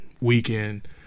weekend